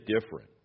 different